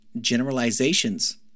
generalizations